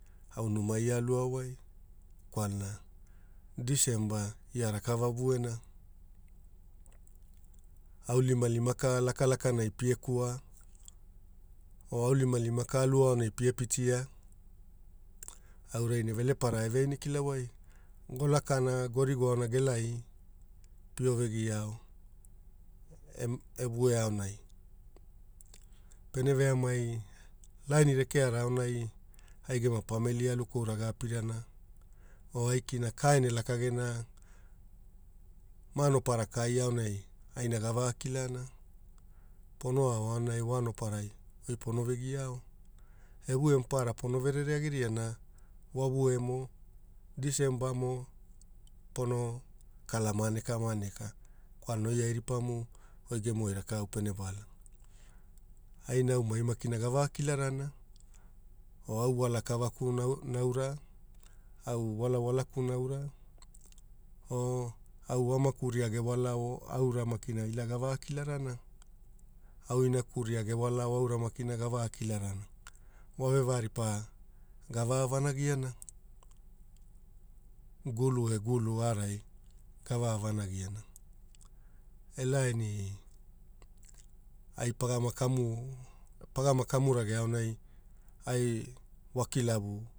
Au numai aluao wai kwalan December ia rakava vuena, aonilimalima lakalakanai pia kua, o aonilimalima pa alu aonai pie pitia aurai ne velepara eveaina e kilawai. golakana gorigona gelai pio vegia ao evue aonai pene veamai laini rekeana aonai ai gema pamili alu koura apirana o aikina ka ene laka gena manoparaka aonai, gavakila ana pono ao aonai wa voanoparai oi pono vegia ao, evue maparara pono verere agira na vovue mo Disemba mo, pono kala maneka maneka koalana oi airipamu goi gemuai rakau pene wala, ai naumai maki gavakilarana o au walakavaku naura, au walawalaku naura o au amakuria gewalao aura maki ila gavaikilarana, au inaku gewalao aura maki gavaikilarana, vove va aripa gava a vanagiana e gulu e gulu aorai, gava avanagiana, e laini ai pagara kamu pagara kamu rage aonai ai vo kilamu